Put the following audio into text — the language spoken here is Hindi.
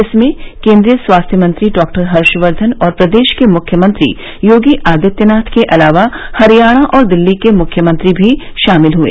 इसमें केंद्रीय स्वास्थ्य मंत्री डॉ हर्षवर्धन और प्रदेश के मुख्यमंत्री योगी आदित्यनाथ के अलावा हरियाणा और दिल्ली के मुख्यमंत्री भी शामिल हुए